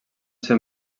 ser